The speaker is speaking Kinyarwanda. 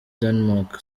danemark